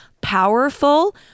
powerful